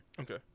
Okay